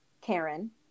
Karen